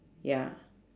ya